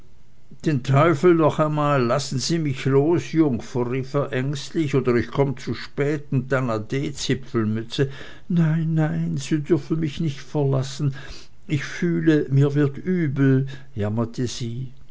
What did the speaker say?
den teufel noch einmal lassen sie mich los jungfer rief er ängstlich oder ich komm zu spät und dann ade zipfelmütze nein nein sie dürfen mich nicht verlassen ich fühle mir wird übel jammerte sie